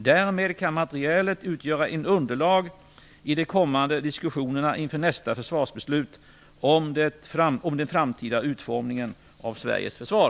Därmed kan materialet utgöra ett underlag i de kommande diskussionerna inför nästa försvarsbeslut om den framtida utformningen av Sveriges försvar.